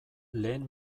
lehen